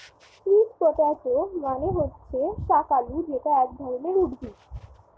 sweet potato মানে হচ্ছে শাকালু যেটা এক ধরনের উদ্ভিদ